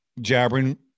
jabbering